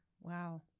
wow